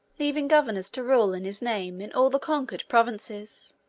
leaving governors to rule in his name in all the conquered provinces.